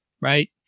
right